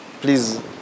Please